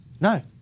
No